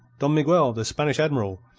don miguel, the spanish admiral,